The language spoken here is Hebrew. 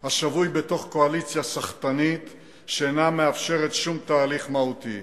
השבוי בתוך קואליציה סחטנית שאינה מאפשרת שום תהליך מהותי.